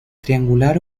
triangular